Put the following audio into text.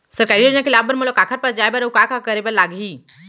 सरकारी योजना के लाभ बर मोला काखर पास जाए बर अऊ का का करे बर लागही?